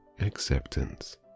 acceptance